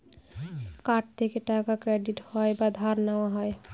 card থেকে টাকা credit হয় বা ধার নেওয়া হয়